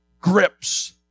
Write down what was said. grips